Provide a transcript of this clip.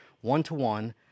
one-to-one